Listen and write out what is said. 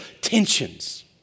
tensions